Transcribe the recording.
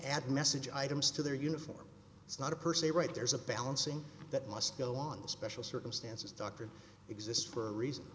add message items to their uniform it's not a per se right there's a balancing that must go on the special circumstances doctor exists for a reason